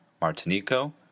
Martinico